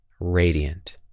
radiant